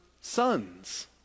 sons